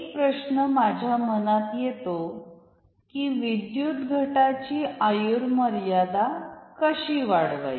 तर एक प्रश्न माझ्या मनात येतो की विद्युत घटाची आयुर्मर्यादा कशी वाढवायची